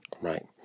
Right